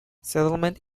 settlement